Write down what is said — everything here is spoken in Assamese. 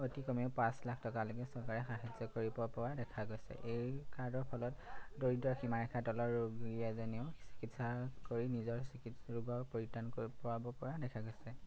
অতি কমেও পাঁচ লাখ টকালৈকে চৰকাৰে সাহায্য কৰিব পৰা দেখা গৈছে এই কাৰ্ডৰ ফলত দৰিদ্ৰ সীমাৰেখাৰ তলৰ ৰোগী এজনেও চিকিৎসা কৰি নিজৰ চিকিৎস ৰোগৰ পৰিত্ৰাণ কৰিব পৰা দেখা গৈছে